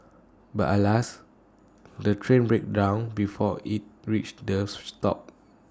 but alas the train breaks down before IT reaches the stop